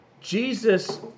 Jesus